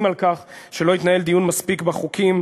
על כך שלא התנהל דיון מספיק בחוקים,